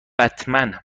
بتمن